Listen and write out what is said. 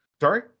Sorry